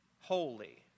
holy